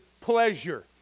pleasure